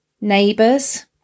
neighbours